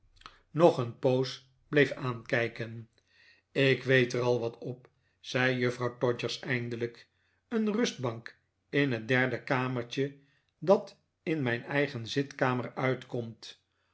nog een poos bleef aankijken tt ik weet er al wat op zei juffrouw todgers eindelijk een rustbank in het derde kamertje dat in mijn eigen zitkamer uitkomt